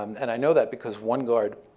um and i know that because one guard